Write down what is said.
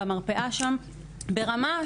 אני חושב שמאתנו צריכה לצאת אמירה ברורה,